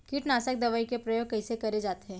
कीटनाशक दवई के प्रयोग कइसे करे जाथे?